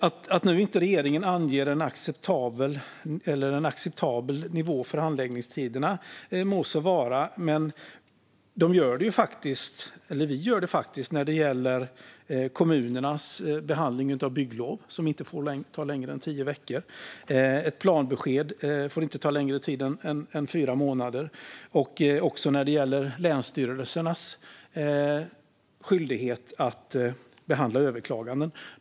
Det må vara så att regeringen nu inte anger en acceptabel nivå för handläggningstiderna, men det gör vi faktiskt när det gäller kommunernas behandling av bygglov som inte får ta längre tid än tio veckor. Ett planbesked får inte ta längre tid än fyra månader. Så är det också när det gäller länsstyrelsernas skyldighet att behandla överklaganden.